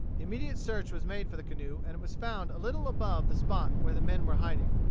immediate search was made for the canoe, and it was found a little above the spot where the men were hiding.